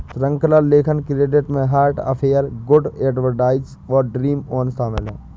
श्रृंखला लेखन क्रेडिट में हार्ट अफेयर, गुड एडवाइस और ड्रीम ऑन शामिल हैं